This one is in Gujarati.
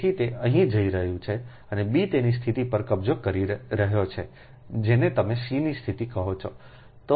તેથી તે અહીં જઇ રહ્યું છે અને b તેની સ્થિતિ પર કબજો કરી રહ્યો છે જેને તમે c નીસ્થિતિકહો છો